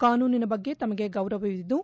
ಕಾನೂನಿನ ಬಗ್ಗೆ ತಮಗೆ ಗೌರವವಿದ್ದು